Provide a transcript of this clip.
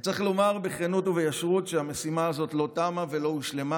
צריך לומר בכנות ובישרות שהמשימה הזאת לא תמה ולא הושלמה,